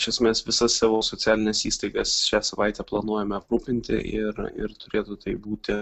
iš esmės visas savo socialines įstaigas šią savaitę planuojame aprūpinti ir ir turėtų tai būti